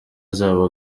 azaba